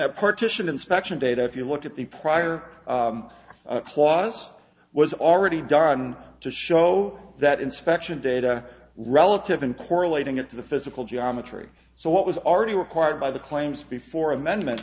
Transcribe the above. that partition inspection data if you look at the prior clause was already done to show that inspection data relative and correlating it to the physical geometry so what was already required by the claims before amendment